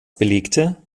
belegte